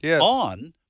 on